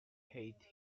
hate